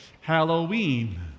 Halloween